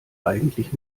eigentlich